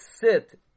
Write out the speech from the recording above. sit